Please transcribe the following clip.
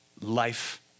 life